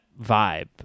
vibe